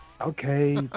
Okay